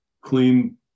clean